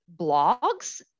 blogs